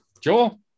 Joel